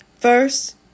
First